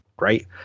right